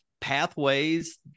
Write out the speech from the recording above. pathways